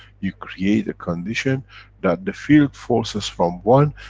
you create a condition that the field forces from one,